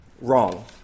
Wrong